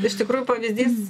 iš tikrųjų pavyzdys